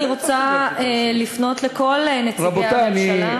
אני רוצה לפנות אל כל נציגי הממשלה,